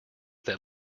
that